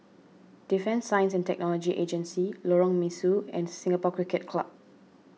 Defence Science and Technology Agency Lorong Mesu and Singapore Cricket Club